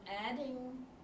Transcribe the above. adding